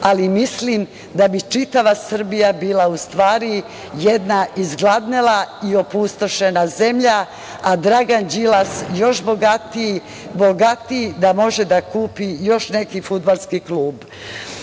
ali mislim da bi čitava Srbija bila, u stvari, jedna izgladnela i opustošena zemlja, a Dragan Đilas još bogatiji, bogatiji da može da kupi još neki fudbalski